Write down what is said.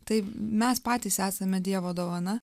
tai mes patys esame dievo dovana